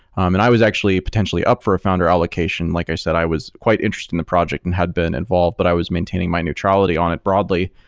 um and i was actually potentially up for a founder allocation. like i said, i was quite interested in the project and had been involved, but i was maintaining my neutrality on it broadly,